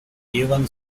even